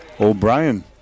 O'Brien